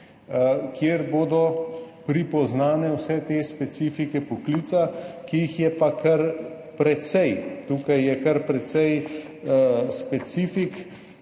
kjer bodo prepoznane vse te specifike poklica, ki jih je kar precej. Tukaj je kar precej specifik,